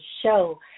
show